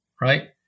right